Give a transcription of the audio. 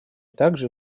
также